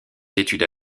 études